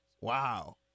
Wow